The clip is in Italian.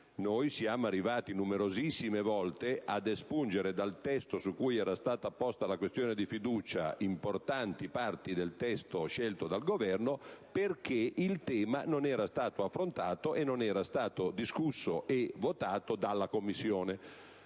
noi siamo arrivati numerosissime volte ad espungere dal testo su cui era stata apposta la questione di fiducia importanti parti del testo scelto dal Governo, perché il tema non era stato affrontato e non era stato discusso e votato dalla Commissione.